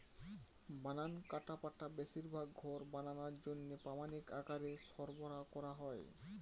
বানানা কাঠপাটা বেশিরভাগ ঘর বানানার জন্যে প্রামাণিক আকারে সরবরাহ কোরা হয়